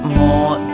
more